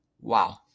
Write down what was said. Wow